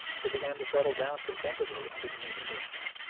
they began to settle down contentedly under the new conditions,